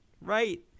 right